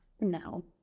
no